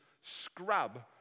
Scrub